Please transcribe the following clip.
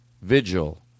Vigil